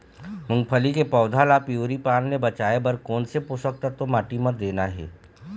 मुंगफली के पौधा ला पिवरी पान ले बचाए बर कोन से पोषक तत्व माटी म देना हे?